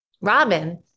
Robin